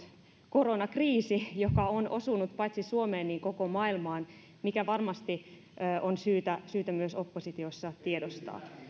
koronakriisi joka on osunut paitsi suomeen niin koko maailmaan mikä varmasti on syytä myös oppositiossa tiedostaa